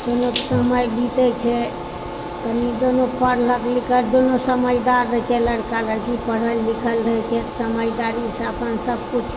दुनूकऽ समय बितैत छै कनि दुनू पढ़लक लिखल दुनू समझदार रहैत छै लड़का लड़की पढ़ल लिखल रहैत छै समझदारीसँ अपन सभकुछ